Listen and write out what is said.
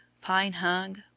pine-hung